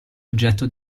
oggetto